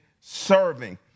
serving